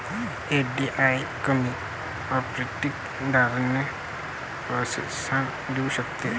FDI कमी corporate दरांना प्रोत्साहन देऊ शकते